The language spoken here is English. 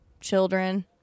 Children